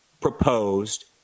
proposed